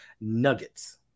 Nuggets